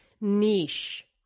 niche